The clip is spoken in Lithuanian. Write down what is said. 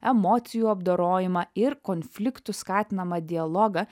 emocijų apdorojimą ir konfliktų skatinamą dialogą